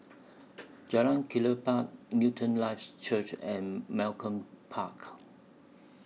Jalan Kelichap Newton Life Church and Malcolm Park